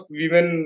women